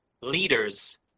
leaders